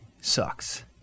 sucks